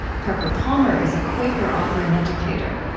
parker palmer is a quaker author and educator.